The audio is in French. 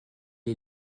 est